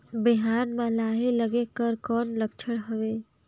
बिहान म लाही लगेक कर कौन लक्षण हवे?